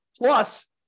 Plus